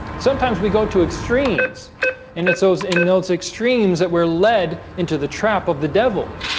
sometimes we go to extremes and it's those in those extremes that we're led into the trap of the devil